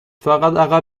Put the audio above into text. فقط